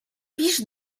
pisz